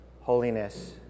Holiness